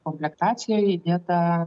komplektacija įdėta